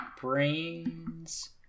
brains